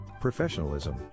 Professionalism